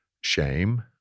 shame